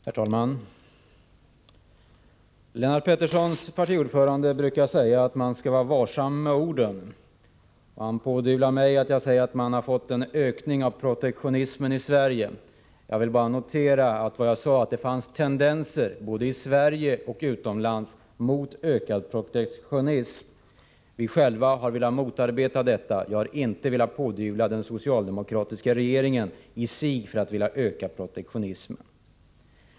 Herr talman! Lennart Petterssons partiordförande brukar säga att man skall vara varsam med orden. Han pådyvlar mig ett uttalande om att man har fått ökad protektionism i Sverige. Men vad jag sade var att det finns tendenser, både i Sverige och utomlands, till en ökad protektionism. Själva har vi velat motarbeta en sådan utveckling. Jag har inte velat pådyvla den socialdemokratiska regeringen en önskan att öka protektionismen.